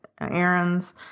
errands